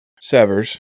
severs